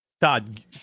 Todd